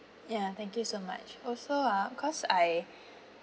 ya thank you so much also uh because I